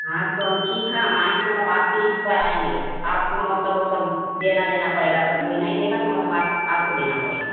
हाँ तो हम ठीक हम आएँगे मतलब आपके रिक्स पर आएँगे आपको मतलब सब देना लेना पड़ेगा अगर कोई नहीं देगा तो मतलब आप आपको देना पड़ेगा